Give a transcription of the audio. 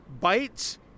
bites